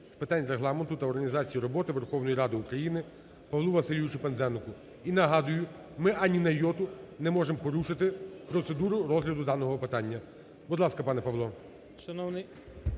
з питань Регламенту та організації роботи Верховної Ради України Павлу Васильовичу Пинзенику. І нагадую, ми ані на йоту не можемо порушити процедуру розгляду даного питання. Будь ласка, пане Павло.